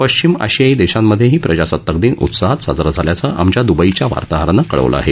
पश्चिम आशियाई देशांमधेही प्रजासत्ताक दिन उत्साहात साजरा झाल्याचं आमच्या दुबईच्या वार्ताहरानं कळवलं आहे